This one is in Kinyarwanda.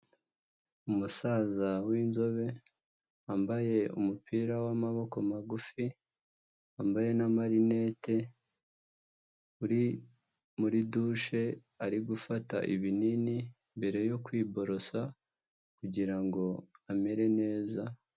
Umusaza w'inzobe wambaye umupira w'amaboko magufi wambaye n'amarinete, uri muri dushe ari gufata ibinini mbere yo kwiborosa kugira ngo amere neza.